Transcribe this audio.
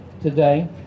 today